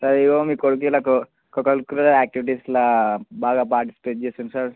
అయ్యో మీ కొడుకు కరిక్యులర్ యాక్టివిటీస్లో బాగా పార్టిసిపేట్ చేసిండు సార్